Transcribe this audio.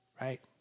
Right